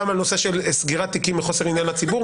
גם הנושא של סגירת תיקים מחוסר עניין לציבור,